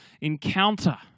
encounter